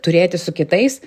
turėti su kitais